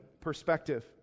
perspective